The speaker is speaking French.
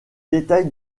détails